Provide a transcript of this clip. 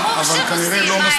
ברור שעושים.